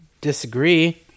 disagree